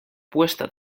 puesta